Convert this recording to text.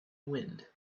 wind